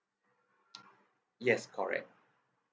yes correct